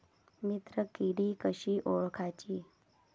मित्र किडी कशी ओळखाची?